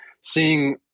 seeing